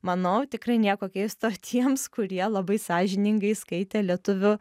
manau tikrai nieko keisto tiems kurie labai sąžiningai skaitė lietuvių